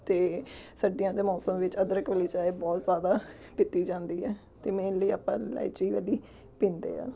ਅਤੇ ਸਰਦੀਆਂ ਦੇ ਮੌਸਮ ਵਿੱਚ ਅਦਰਕ ਵਾਲੀ ਚਾਏ ਬਹੁਤ ਜ਼ਿਆਦਾ ਪੀਤੀ ਜਾਂਦੀ ਹੈ ਅਤੇ ਮੇਨਲੀ ਆਪਾਂ ਇਲਾਇਚੀ ਵਾਲੀ ਪੀਂਦੇ ਹਾਂ